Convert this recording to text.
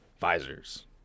Visors